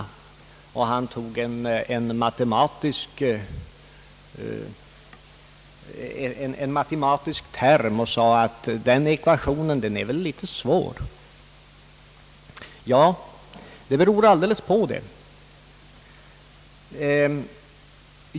Han använde en matematisk term och sade att i en sådan ekvation blir en obekant faktor kvar. Ja, det beror alldeles på!